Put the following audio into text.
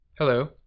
Hello